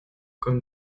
comme